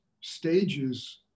stages